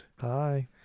Hi